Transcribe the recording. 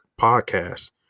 podcast